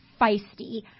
feisty